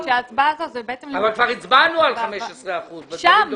כבר הצבענו על 15 אחוזים.